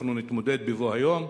אנחנו נתמודד בבוא היום.